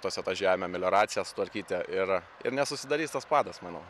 tose tą žemę melioraciją sutvarkyti ir ir nesusidarys tas padas manau